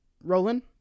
Roland